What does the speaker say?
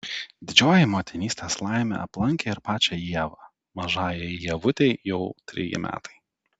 didžioji motinystės laimė aplankė ir pačią ievą mažajai ievutei jau treji metai